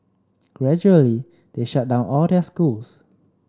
gradually they shut down all their schools